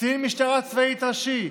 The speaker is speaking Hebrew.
קצין משטרה צבאית ראשית,